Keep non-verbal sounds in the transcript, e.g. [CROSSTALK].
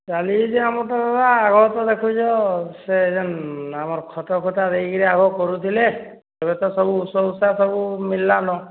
ଚାଲିଛେ ଆମର୍ [UNINTELLIGIBLE] ଆଗତ ଦେଖୁଛ ସେ ଯନ୍ ଆମର ଖତ ଖତା ଦେଇକରି ଆଗ କରୁଥିଲେ ଏବେ ତ ସବୁ ଉଷ ଉଷା ସବୁ ମିଲିଲାନୋ